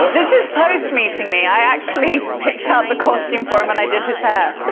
first meeting me i actually picked out the costume for him and i did his hair. yeah,